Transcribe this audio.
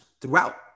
throughout